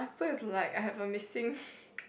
so it's like I have a missing